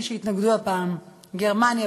מי שהתנגדו הפעם: גרמניה,